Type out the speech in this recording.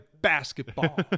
basketball